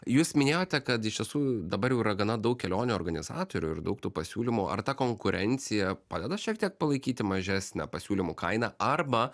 jūs minėjote kad iš tiesų dabar jau yra gana daug kelionių organizatorių ir daug tų pasiūlymų ar ta konkurencija padeda šiek tiek palaikyti mažesnę pasiūlymų kainą arba